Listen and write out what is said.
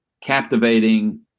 captivating